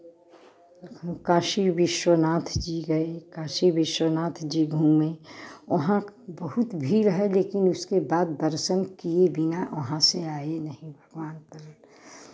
हम काशी विश्वनाथ जी गए काशी विश्वनाथ जी घूमे वहाँ बहुत भीड़ है लेकिन उसके बाद दर्शन किए बिना वहाँ से आए नहीं भगवान तरा